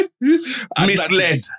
misled